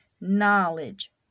knowledge